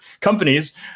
companies